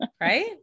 Right